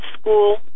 school